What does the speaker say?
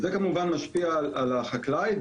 זה כמובן משפיע על החקלאי,